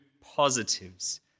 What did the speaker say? positives